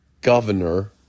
governor